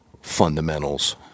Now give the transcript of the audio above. fundamentals